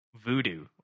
Voodoo